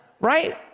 right